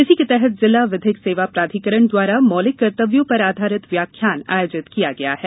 इसी के तहत जिला विधिक सेवा प्राधिकरण द्वारा मौलिक कर्त्तव्यों पर आधारित व्याख्यान आयोजित किया गया है